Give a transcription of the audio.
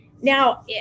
Now